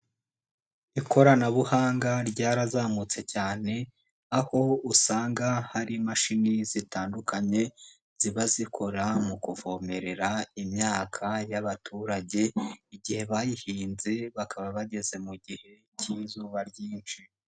Ikoranabuhanga ryarazamutse cyane. Aho usanga hari imashini zitandukanye ziba zikora mu kuvomerera imyaka y'abaturage. Igihe bayihinze bakaba bageze mu gihe k'izuba ryinshi.